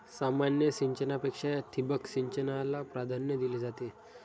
सामान्य सिंचनापेक्षा ठिबक सिंचनाला प्राधान्य दिले जाते